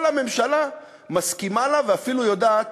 כל הממשלה מסכימה לה ואפילו יודעת